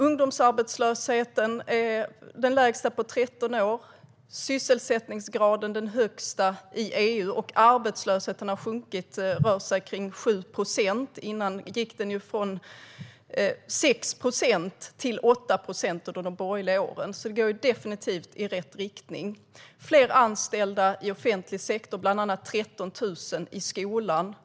Ungdomsarbetslösheten är den lägsta på 13 år, sysselsättningsgraden den högsta i EU och arbetslösheten har sjunkit. Den rör sig kring 7 procent. Tidigare, under de borgerliga åren, gick den från 6 procent till 8 procent. Det går definitivt i rätt riktning. Det är fler anställda i offentlig sektor, bland annat 13 000 i skolan.